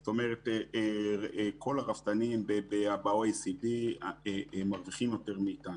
זאת אומרת כל הרפתנים ב-OECD מרוויחים יותר מאיתנו.